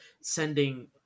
sending